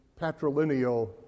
patrilineal